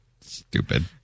Stupid